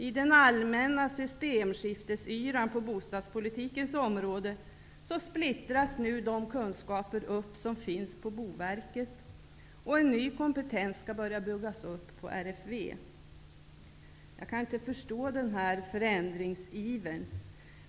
I den allmänna systemskiftesyran på bostadspolitikens område, splittras nu de kunskaper upp som finns på Boverket, och en ny kompetens skall börja byggas upp på RFV. Jag kan inte förstå denna förändringsiver.